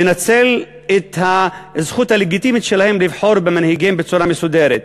לנצל את הזכות הלגיטימית שלהם לבחור במנהיגיהם בצורה מסודרת.